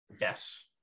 yes